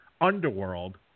Underworld